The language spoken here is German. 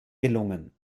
gelungen